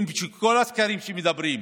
כל הסקרים מראים